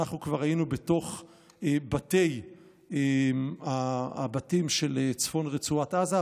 אנחנו כבר היינו בתוך הבתים של צפון רצועת עזה,